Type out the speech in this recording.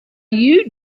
you